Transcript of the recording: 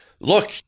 Look